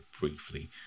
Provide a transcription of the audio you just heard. briefly